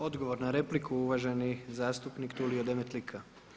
Odgovor na repliku uvaženi zastupnik Tulio Demetlika.